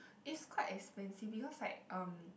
it's quite expensive because like um